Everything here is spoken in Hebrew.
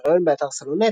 ריאיון באתר סלונט,